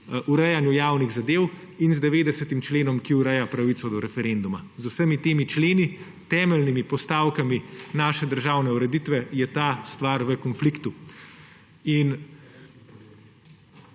urejanju javnih zadev; in z 90. členom, ki ureja pravico do referenduma. Z vsemi temi členi, temeljnimi postavkami naše državne ureditve je ta v konfliktu. In